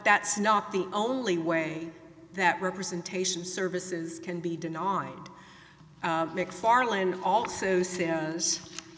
that's not the only way that representation services can be denied mcfarlane also says